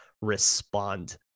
respond